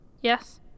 Yes